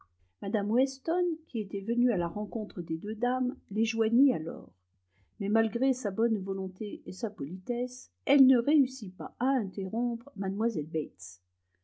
mme weston qui était venue à la rencontre des deux dames les joignit alors mais malgré sa bonne volonté et sa politesse elle ne réussit pas à interrompre mlle bates